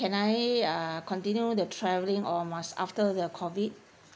can I uh continue the travelling or must after the COVID